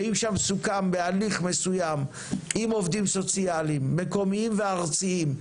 ואם שם סוכם בהליך מסוים עם עובדים סוציאליים מקומיים וארציים,